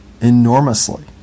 enormously